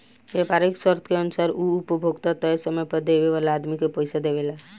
व्यापारीक शर्त के अनुसार उ उपभोक्ता तय समय पर देवे वाला आदमी के पइसा देवेला